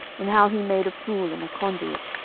and how he made a pool, and a conduit,